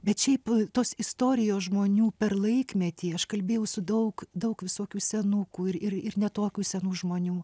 bet šiaip tos istorijos žmonių per laikmetį aš kalbėjau su daug daug visokių senukų ir ir ne tokių senų žmonių